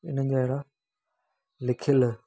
उन्हनि जा अहिड़ा लिखियल